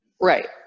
right